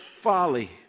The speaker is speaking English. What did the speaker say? folly